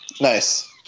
Nice